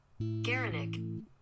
Garanik